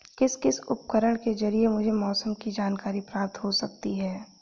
किस किस उपकरण के ज़रिए मुझे मौसम की जानकारी प्राप्त हो सकती है?